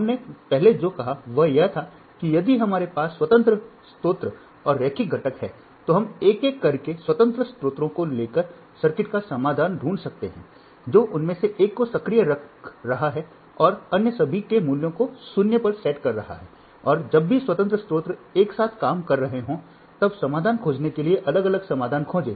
हमने पहले जो कहा वह यह था कि यदि हमारे पास स्वतंत्र स्रोत और रैखिक घटक हैं तो हम एक एक करके स्वतंत्र स्रोतों को लेकर सर्किट का समाधान ढूंढ सकते हैं जो उनमें से एक को सक्रिय रख रहा है और अन्य सभी के मूल्यों को 0 पर सेट कर रहा है और जब सभी स्वतंत्र स्रोत एक साथ काम कर रहे हों तब समाधान खोजने के लिए अलग अलग समाधान खोजें